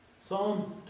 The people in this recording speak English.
Psalm